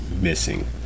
missing